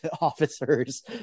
officers